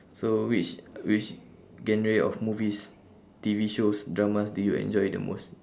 so which which genre of movies T_V shows dramas do you enjoy the most